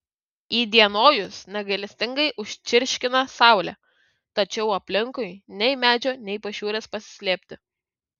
įdienojus negailestingai užčirškina saulė tačiau aplinkui nei medžio nei pašiūrės pasislėpti